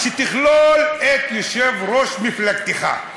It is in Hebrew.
שתכלול את יושב-ראש מפלגתך,